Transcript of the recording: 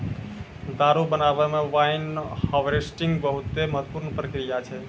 दारु बनाबै मे वाइन हार्वेस्टिंग बहुते महत्वपूर्ण प्रक्रिया छै